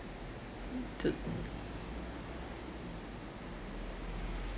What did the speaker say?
the